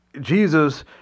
Jesus